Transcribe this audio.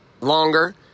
longer